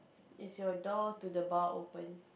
is your door to the bar open